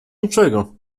niczego